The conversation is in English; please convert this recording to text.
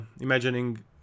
imagining